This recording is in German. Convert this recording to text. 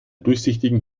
durchsichtigen